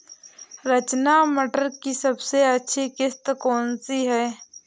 रचना मटर की सबसे अच्छी किश्त कौन सी है?